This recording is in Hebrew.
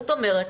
זאת אומרת,